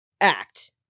act